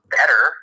better